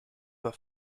for